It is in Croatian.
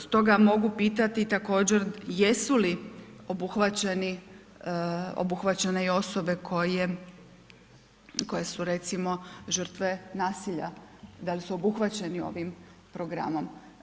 Stoga mogu pitati također jesu li obuhvaćeni, obuhvaćene i osobe koju su recimo žrtve nasilja, da li su obuhvaćeni ovim programom?